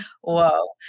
Whoa